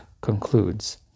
concludes